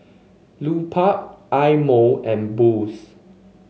Lupark Eye Mo and Boost